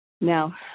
Now